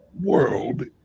world